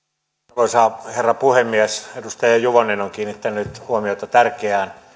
arvoisa herra puhemies edustaja juvonen on kiinnittänyt huomiota tärkeään